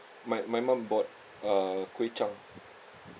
my my mum bought err kway-zhap